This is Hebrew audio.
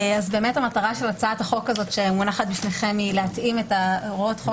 המטרה של הצעת החוק שבפניכם להתאים את הוראות החוק